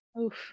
Oof